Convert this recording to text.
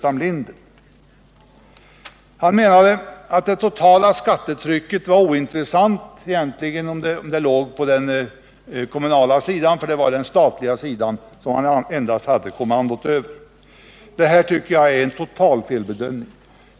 Herr Burenstam Linder menade att det totala skattetrycket egentligen var ointressant, om det låg på den kommunala sidan, för det var endast den statliga sidan man hade komandot över. Det här tycker jag absolut är en felbedömning.